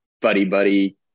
buddy-buddy